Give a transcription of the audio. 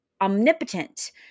Omnipotent